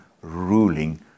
ruling